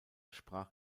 sprach